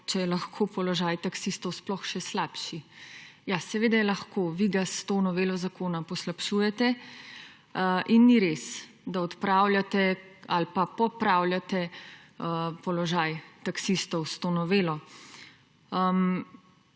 če je lahko položaj taksistov sploh še slabši. Ja, seveda je lahko. Vi ga s to novelo zakona poslabšujete in ni res, da odpravljate ali pa popravljate položaj taksistov s to novelo.